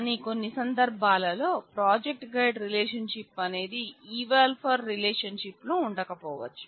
కాని కొన్ని సందర్భాలలో project guide రిలేషన్షిప్ అనేది eval for రిలేషన్షిప్ లో ఉండకపోవచ్చు